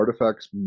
artifacts